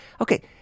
Okay